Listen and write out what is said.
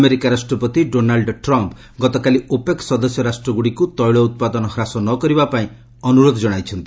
America ରାଷ୍ଟ୍ରପତି Donald Trump ଗତକାଲି OPEC ସଦସ୍ୟ ରାଷ୍ଟ୍ରଗୁଡ଼ିକୁ ତେିଳ ଉତ୍ପାଦନ ହ୍ରାସ ନକରିବା ପାଇଁ ଅନୁରୋଧ କଣାଇଛନ୍ତି